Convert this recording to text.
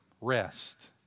rest